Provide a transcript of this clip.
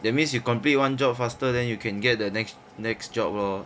that means you complete one job faster than you can get the next next job lor